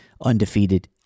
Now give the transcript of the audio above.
undefeated